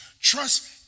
trust